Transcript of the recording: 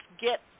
get